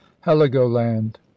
heligoland